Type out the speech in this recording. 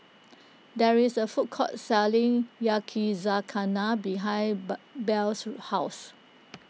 there is a food court selling Yakizakana behind bar Blair's house